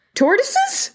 tortoises